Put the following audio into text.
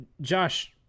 Josh